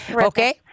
okay